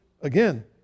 again